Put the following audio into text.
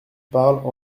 parle